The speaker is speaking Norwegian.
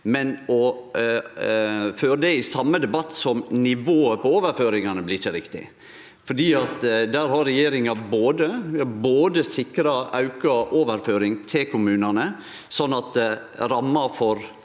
men å ta det i same debatt som nivået på overføringane blir ikkje riktig, for der har regjeringa sikra auka overføring til kommunane, sånn at ramma for